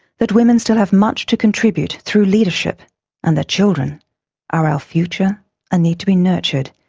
that women still have much to contribute through leadership and that children are our future and need to be nurtured,